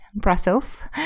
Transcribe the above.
Brasov